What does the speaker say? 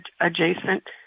adjacent